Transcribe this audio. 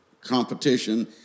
competition